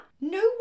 no